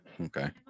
Okay